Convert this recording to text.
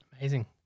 Amazing